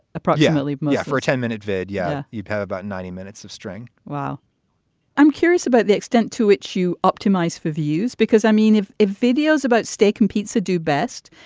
approximately myia for a ten minute vid yeah, you'd have about ninety minutes of string. wow i'm curious about the extent to which you up. demise of use, because, i mean, if a video's about steak and pizza do best.